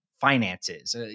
finances